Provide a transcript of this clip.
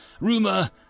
rumor